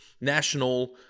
national